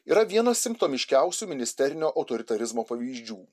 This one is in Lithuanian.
yra vienas simptomiškiausių ministerinio autoritarizmo pavyzdžių